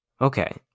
Okay